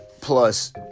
plus